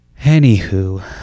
anywho